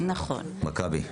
מכבי.